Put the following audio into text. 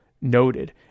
noted